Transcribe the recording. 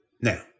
Now